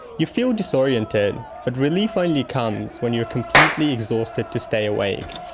you feel disoriented, but relief only comes when you are completely exhausted to stay awake.